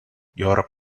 your